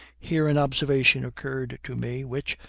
here an observation occurred to me, which,